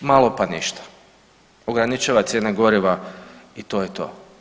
Malo pa ništa, ograničava cijene goriva i to je to.